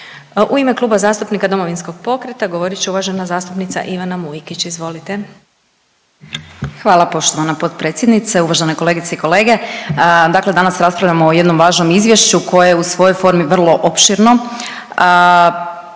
U ime Kluba zastupnika Domovinskog pokreta govorit će uvažena zastupnica Ivana Mujkić. Izvolite. **Mujkić, Ivana (DP)** Hvala poštovana potpredsjednice. Uvažene kolegice i kolege, dakle danas raspravljamo o jednom važnom izvješću koje je u svojoj formi vrlo opsežno.